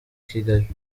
kigali